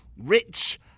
rich